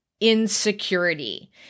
insecurity